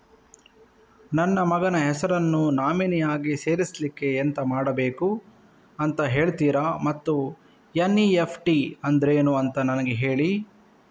ನನ್ನ ಮಗನ ಹೆಸರನ್ನು ನಾಮಿನಿ ಆಗಿ ಸೇರಿಸ್ಲಿಕ್ಕೆ ಎಂತ ಮಾಡಬೇಕು ಅಂತ ಹೇಳ್ತೀರಾ ಮತ್ತು ಎನ್.ಇ.ಎಫ್.ಟಿ ಅಂದ್ರೇನು ಅಂತ ನನಗೆ ಹೇಳಿ